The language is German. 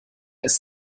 ist